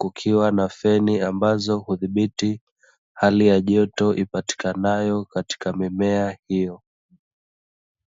Kukiwa na feni ambazo hudhibiti hali ya joto ipatikanayo katika mimea hiyo.